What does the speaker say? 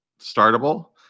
startable